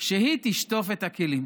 שהיא תשטוף את הכלים.